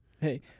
Hey